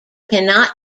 cannot